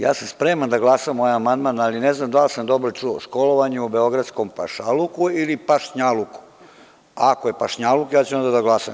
Ja sam spreman da glasam za ovaj amandman, ali ne znam da li sam dobro čuo, školovanje u beogradskom pašaluku ili pašnjaluku, ako je pašnjaluk ja ću onda da glasam.